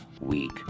week